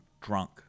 drunk